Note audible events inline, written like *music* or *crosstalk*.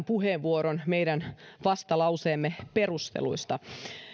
*unintelligible* puheenvuorot meidän vastalauseemme perusteluista